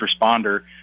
responder